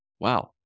Wow